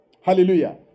Hallelujah